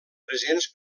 presents